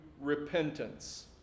repentance